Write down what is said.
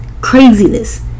Craziness